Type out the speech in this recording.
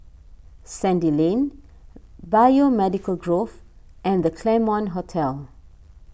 Sandy Lane Biomedical Grove and the Claremont Hotel